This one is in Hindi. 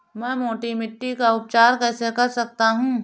मैं मोटी मिट्टी का उपचार कैसे कर सकता हूँ?